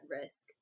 risk